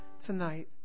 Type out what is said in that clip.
tonight